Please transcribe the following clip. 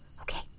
Okay